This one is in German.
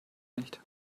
nicht